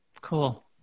Cool